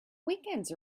weekends